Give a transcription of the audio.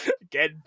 Again